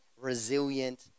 resilient